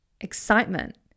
excitement